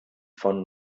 von